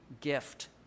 gift